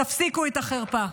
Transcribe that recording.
תפסיקו את החרפה,